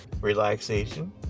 relaxation